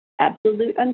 absolute